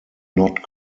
not